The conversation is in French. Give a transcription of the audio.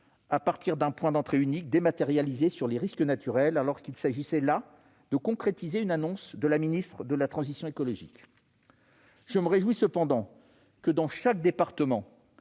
à partir d'un point d'entrée unique dématérialisé sur les risques naturels ; il s'agissait pourtant là de concrétiser une annonce de la ministre de la transition écologique ! Je me réjouis cependant que le rôle du référent